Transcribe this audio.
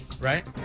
right